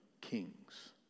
kings